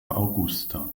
augusta